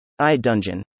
iDungeon